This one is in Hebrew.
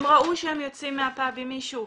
הם ראו שהם יוצאים מהפאב עם מישהו.